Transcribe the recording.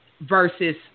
versus